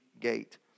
gate